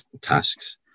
tasks